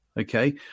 okay